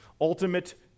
ultimate